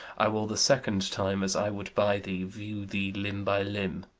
i will the second time, as i would buy thee, view thee limb by limb.